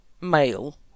male